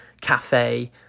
cafe